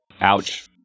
Ouch